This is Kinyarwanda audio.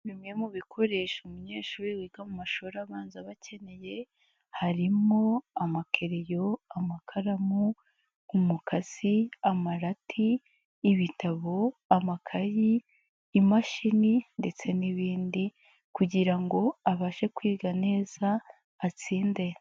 Bimwe mu bikoresho umunyeshuri wiga mu mashuri abanza aba akeneye harimo amakereyo, amakaramu, umukasi, amarati, ibitabo, amakayi, imashini ndetse n'ibindi kugira ngo abashe kwiga neza atsinde.